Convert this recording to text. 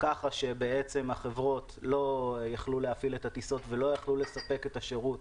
כך שהחברת לא יכלו להפעיל את הטיסות ולא יכלו לספק את השירות